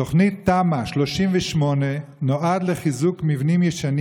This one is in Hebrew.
תמ"א 38 נועדה לחיזוק מבנים ישנים